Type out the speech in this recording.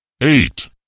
eight